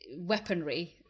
weaponry